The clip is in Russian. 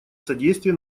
содействия